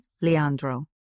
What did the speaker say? Leandro